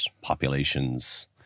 populations